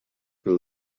will